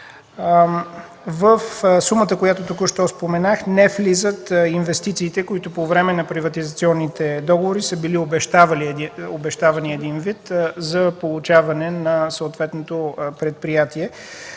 в сумата, която току-що споменах, не влизат инвестициите, които по време на приватизационните договори са били обещавани един вид за получаване на съответното предприятие.